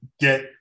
get